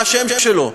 מה השם שלו,